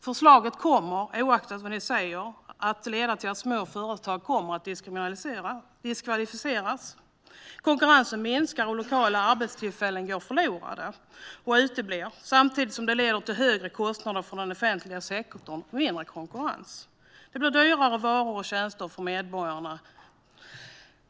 Förslaget kommer, oaktat vad ni säger, att leda till att små företag kommer att diskvalificeras. Konkurrensen minskar. Lokala arbetstillfällen går förlorade och uteblir samtidigt som det leder till högre kostnader för den offentliga sektorn och mindre konkurrens. Det blir dyrare varor och tjänster för medborgarna.